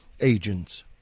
agents